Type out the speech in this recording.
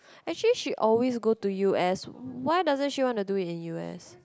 actually she always go to u_s why doesn't she wanna do it in u_s